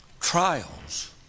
trials